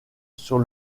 sur